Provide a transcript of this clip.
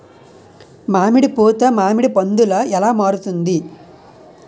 మామిడి పూత మామిడి పందుల ఎలా మారుతుంది?